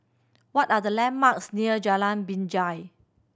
what are the landmarks near Jalan Binjai